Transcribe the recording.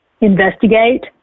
investigate